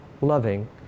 loving